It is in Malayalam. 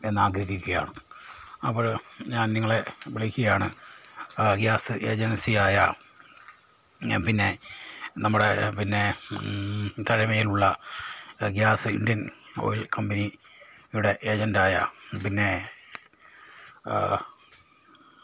എന്ന് ആഗ്രഹിക്കുകയാണ് അപ്പഴ് ഞാൻ നിങ്ങളെ വിളിക്കുകയാണ് ആ ഗ്യാസ് ഏജൻസിയായ ഞാൻ പിന്നെ നമ്മുടെ പിന്നെ ഗ്യാസ് ഇന്ത്യൻ ഓയിൽ കമ്പനി ഇവിടെ ഏജൻറ്റായ പിന്നെ